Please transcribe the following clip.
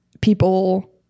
people